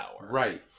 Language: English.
Right